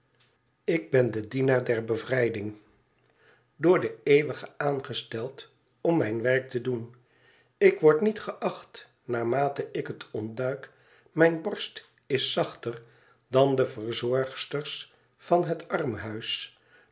ik ben de dienaar der bevrijding door den eeuwige aangesteld om mijn werk te doen ik word niet geacht naarmate ik het ontduik mijne borst is zachter dan de verzorgsters van het armhuis